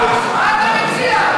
או מנסים לחשוב,